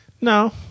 No